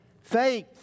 faith